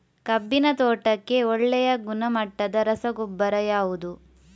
ಕಬ್ಬಿನ ತೋಟಕ್ಕೆ ಒಳ್ಳೆಯ ಗುಣಮಟ್ಟದ ರಸಗೊಬ್ಬರ ಯಾವುದು?